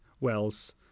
wells